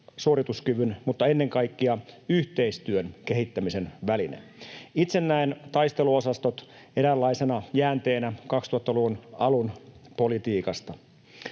suorituskyvyn mutta ennen kaikkea yhteistyön kehittämisen väline. Itse näen taisteluosastot eräänlaisena jäänteenä 2000-luvun alun politiikasta.